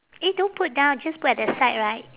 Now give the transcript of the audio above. eh don't put down just put at the side right